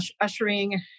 ushering